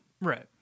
Right